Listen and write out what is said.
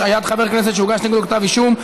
השעיית חבר הכנסת שהוגש נגדו כתב אישום),